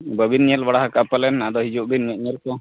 ᱵᱟᱹᱵᱤᱱ ᱧᱮᱞ ᱵᱟᱲᱟ ᱟᱠᱟᱜᱼᱟ ᱯᱟᱞᱮᱱ ᱟᱫᱚ ᱦᱤᱡᱩᱜ ᱵᱤᱱ ᱧᱮᱼᱧᱮᱞ ᱠᱚ